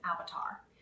avatar